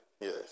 Yes